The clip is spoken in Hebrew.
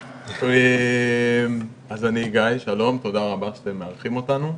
שלום, אני גיא, תודה רבה שאתם מארחים אותנו.